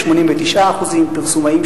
89%; פרסומאים,